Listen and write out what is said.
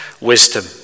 wisdom